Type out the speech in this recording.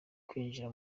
kwinjira